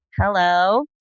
Hello